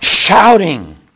Shouting